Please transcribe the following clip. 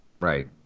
Right